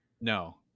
No